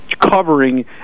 covering